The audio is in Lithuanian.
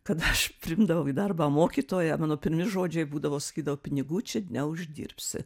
kada aš priimdavau į darbą mokytoją mano pirmi žodžiai būdavo sakydavau pinigų čia neuždirbsi